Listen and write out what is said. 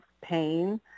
pain